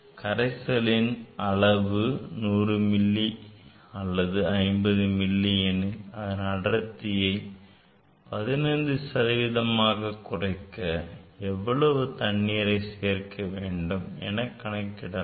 கரைசலின் அளவு 100 மில்லி அல்லது 50 மில்லி எனில் அதன் அடர்த்தியை 15 சதவீதமாக குறைக்க எவ்வளவு நீரை சேர்க்க வேண்டும் என நீங்கள் கணக்கிட வேண்டும்